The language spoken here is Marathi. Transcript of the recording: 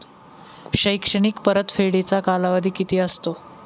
शैक्षणिक परतफेडीचा कालावधी किती असतो?